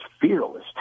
fearless